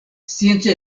scienca